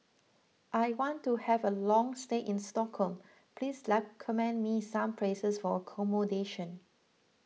I want to have a long stay in Stockholm please recommend me some places for accommodation